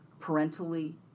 parentally